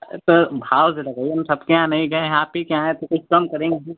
अरे तो भाव से लगाइए ना हम सबके यहाँ नहीं गए हैं आप ही के यहाँ आए हैं तो कुछ कम करेंगी